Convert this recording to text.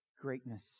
greatness